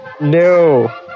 No